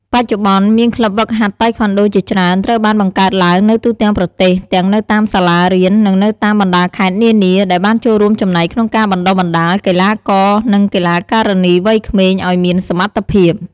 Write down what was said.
បច្ចុប្បន្ន មានក្លិបហ្វឹកហាត់តៃក្វាន់ដូជាច្រើនត្រូវបានបង្កើតឡើងនៅទូទាំងប្រទេស ទាំងនៅតាមសាលារៀន និងនៅតាមបណ្ដាខេត្តនានា ដែលបានចូលរួមចំណែកក្នុងការបណ្ដុះបណ្ដាលកីឡាករ និងកីឡាការិនីវ័យក្មេងឱ្យមានសមត្ថភាព។